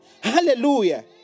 Hallelujah